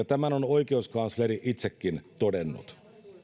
tämän on oikeuskansleri itsekin todennut